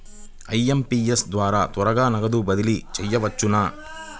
IMPS ద్వారా త్వరగా నగదు బదిలీ చేయవచ్చునా?